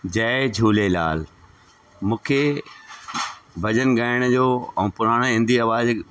जय झूलेलाल मूंखे भॼन गाइण जो ऐं पुराणे हिंदी आवाजु